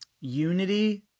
unity